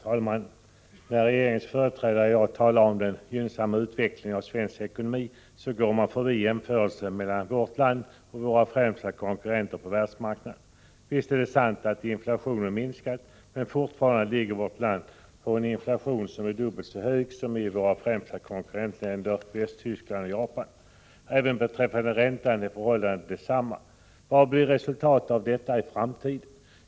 Herr talman! När regeringens företrädare i dag talar om den gynnsamma utvecklingen av svensk ekonomi, går man förbi jämförelsen mellan vårt land och våra främsta konkurrenter på världsmarknaden. Visst är det sant att inflationen minskat, men fortfarande är inflationen i vårt land dubbelt så hög som exempelvis i våra främsta konkurrentländer Västtyskland och Japan. Beträffande räntan är situationen densamma. Vad blir resultatet av detta i framtiden?